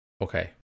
okay